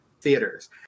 theaters